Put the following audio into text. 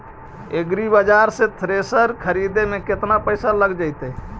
एग्रिबाजार से थ्रेसर खरिदे में केतना पैसा लग जितै?